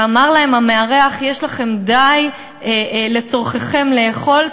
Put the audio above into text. אמר להם המארח: יש לכם די צורככם לאכול,